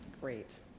Great